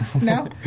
No